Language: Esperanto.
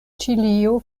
ĉilio